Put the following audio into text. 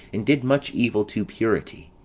and did much evil to purity.